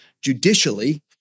judicially